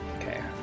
Okay